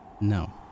No